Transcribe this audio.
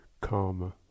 karma